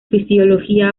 fisiología